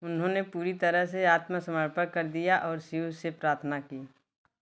उन्होंने पूरी तरह से आत्मसमर्पण कर दिया और शिव से प्रार्थना की